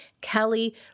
Kelly